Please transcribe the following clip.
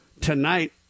tonight